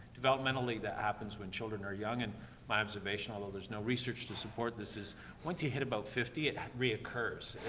developmentally that happens when children are young and my observation, although there's no research to support this, is once you hit about fifty, it reoccurs.